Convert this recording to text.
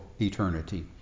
eternity